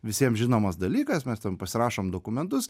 visiem žinomas dalykas mes tam pasirašom dokumentus